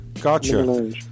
Gotcha